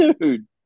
dude